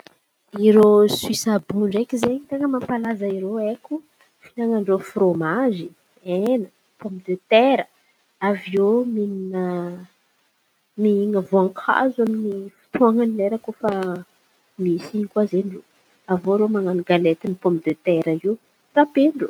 Irô Soisy àby irô ndraiky zen̈y ten̈a mampalaza irô aiko finanan-drô frômazy, hena, pômidetera, aviô mihina voankazo amin'ny fotoan̈a lera ikoa fa misy in̈y ikoa irô. Aviô zen̈y irô man̈ano galety pômidetera eo raben-drô.